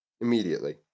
immediately